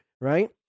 right